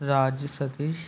Raju Satish